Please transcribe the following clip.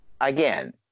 Again